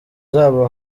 zabo